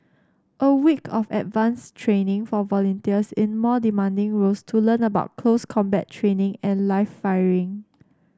a week of advanced training for volunteers in more demanding roles to learn about close combat training and live firing